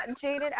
jaded